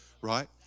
right